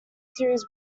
series